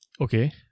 Okay